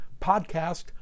podcast